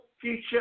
future